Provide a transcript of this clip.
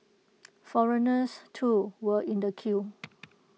foreigners too were in the queue